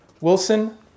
Wilson